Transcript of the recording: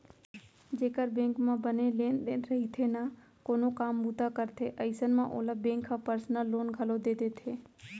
जेकर बेंक म बने लेन देन रइथे ना कोनो काम बूता करथे अइसन म ओला बेंक ह पर्सनल लोन घलौ दे देथे